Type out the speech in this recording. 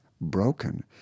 broken